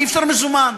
אי-אפשר במזומן.